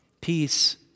Peace